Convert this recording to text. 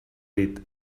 dit